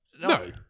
No